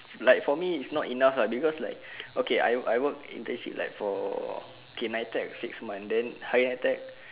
like for me it's not enough ah because like okay I work I work internship like okay N_I_T_E_C six months then higher N_I_T_E_C